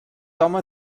home